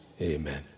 Amen